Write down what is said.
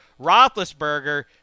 Roethlisberger